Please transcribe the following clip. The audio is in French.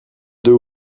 deux